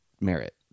merit